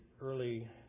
early